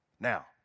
Now